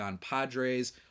padres